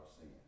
sin